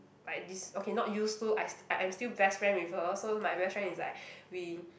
like this okay not used to I I am still best friend with her so my best friend is like we